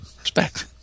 Respect